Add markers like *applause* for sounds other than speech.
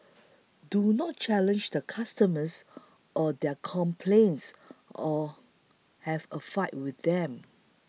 *noise* do not challenge the customers or their complaints or have a fight with them